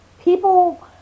people